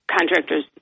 contractors